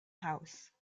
house